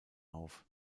auf